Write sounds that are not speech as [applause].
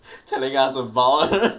telling us about it [laughs]